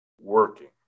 working